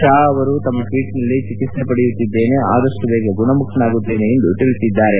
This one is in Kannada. ಶಾ ಅವರು ತಮ್ಮ ಟ್ವೀಟ್ನಲ್ಲಿ ಚಿಕಿತ್ವೆ ಪಡೆಯುತ್ತಿದ್ದೇನೆ ಆದಷ್ಟು ಬೇಗ ಗುಣಮುಖನಾಗುತ್ತೇನೆ ಎಂದು ಹೇಳಿದ್ದಾರೆ